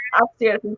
upstairs